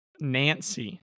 Nancy